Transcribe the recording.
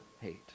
hate